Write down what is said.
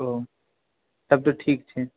तब तऽ ठीक छै